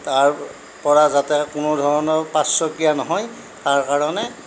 তাৰ পৰা যাতে কোনোধৰণৰ পাৰ্শ্বক্ৰিয়া নহয় তাৰ কাৰণে